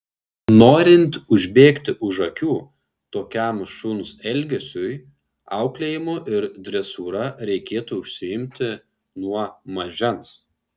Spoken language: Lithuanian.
norint užbėgti už akių tokiam šuns elgesiui auklėjimu ir dresūra reikėtų užsiimti nuo mažens